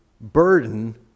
burden